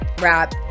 rap